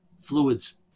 fluids